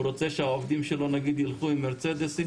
הוא רוצה שהעובדים שלו נגיד ילכו עם מרצדסים,